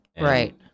Right